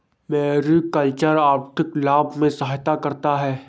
mariculture आर्थिक लाभ में सहायता करता है